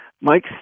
Mike